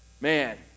man